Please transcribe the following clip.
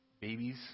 babies